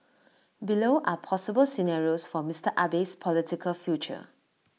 below are possible scenarios for Mister Abe's political future